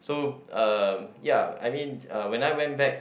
so uh ya I mean uh when I went back